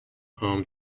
home